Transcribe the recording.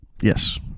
Yes